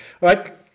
right